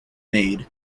made